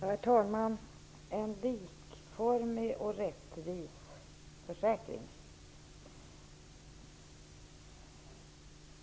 Herr talman! Vi vill ha en likformig och rättvis försäkring.